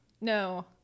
No